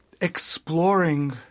exploring